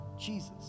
Jesus